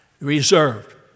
Reserved